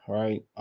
right